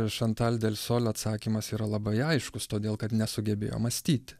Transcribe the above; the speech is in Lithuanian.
šantal delsol atsakymas yra labai aiškus todėl kad nesugebėjo mąstyti